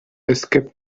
escape